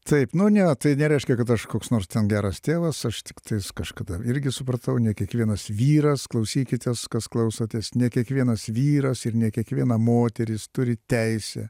taip nu ne tai nereiškia kad aš koks nors ten geras tėvas aš tiktai kažkada irgi supratau ne kiekvienas vyras klausykitės kas klausotės ne kiekvienas vyras ir ne kiekviena moteris turi teisę